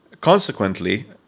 Consequently